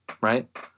right